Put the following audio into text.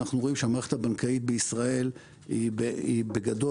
אנחנו רואים שהמערכת הבנקאית בישראל היא בגדול,